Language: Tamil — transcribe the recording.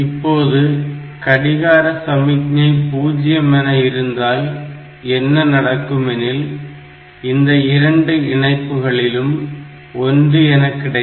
இப்போது கடிகார சமிக்ஞை 0 என இருந்தால் என்ன நடக்குமெனில் இந்த இரண்டு இணைப்புகளிலும் 1 என கிடைக்கும்